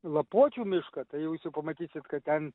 lapuočių mišką tai jūs jau pamatysit kad ten